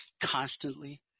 constantly